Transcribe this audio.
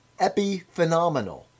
epiphenomenal